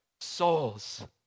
souls